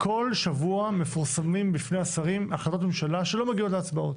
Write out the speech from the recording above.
כל שבוע מפורסמים בפני השרים החלטות ממשלה שלא מגיעות להצבעות.